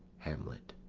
hamlet